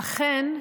אכן,